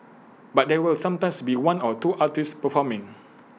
but there will sometimes be one or two artists performing